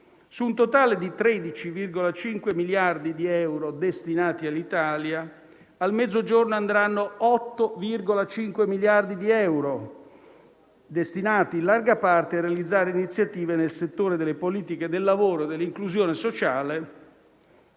Su un totale di 13,5 miliardi di euro destinati all'Italia, al Mezzogiorno andranno 8,5 miliardi di euro, destinati in larga parte a realizzare iniziative nel settore delle politiche del lavoro e dell'inclusione sociale,